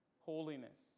holiness